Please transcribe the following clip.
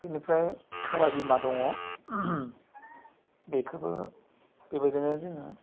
बिनिफ्राइ सबाय बिमा दङ बेखौबो बे बायदिनो जोङो